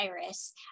virus